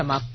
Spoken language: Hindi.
समाप्त